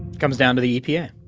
comes down to the epa yeah